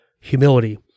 humility